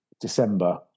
december